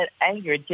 anger